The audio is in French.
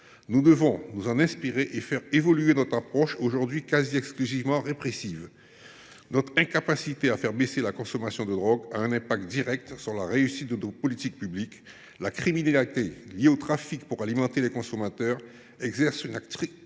Nous devons nous en inspirer et faire évoluer notre approche, aujourd’hui presque exclusivement répressive. Notre incapacité à faire baisser la consommation de drogues a une incidence directe sur la réussite de nos politiques publiques. La criminalité liée aux trafics pour alimenter les consommateurs attire une frange